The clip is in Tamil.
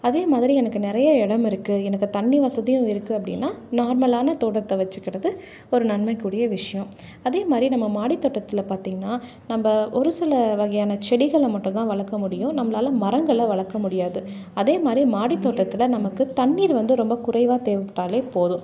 அதே மாதிரி எனக்கு நிறைய இடம் இருக்குது எனக்கு தண்ணி வசதியும் இருக்குது அப்படின்னா நார்மலான தோட்டத்தை வச்சுக்கறது ஒரு நன்மைக்குரிய விஷயம் அதே மாதிரி நம்ம மாடித்தோட்டத்தில் பார்த்திங்கன்னா நம்ம ஒரு சில வகையான செடிகளை மட்டும் தான் வளர்க்க முடியும் நம்மளால் மரங்களை வளர்க்க முடியாது அதே மாதிரி மாடித்தோட்டத்தில் நமக்கு தண்ணீர் வந்து ரொம்ப குறைவாக தேவைப்பட்டாலே போதும்